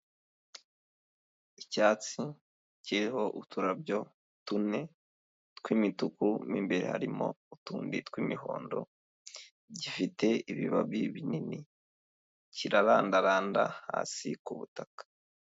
Icyatsi kiriho uturabyo tune tw’imituku m’imbere harimo utundi tw'imihondo, gifite ibibabi binini, kirarandaranda hasi ku butaka.